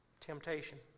temptation